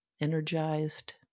energized